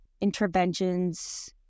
interventions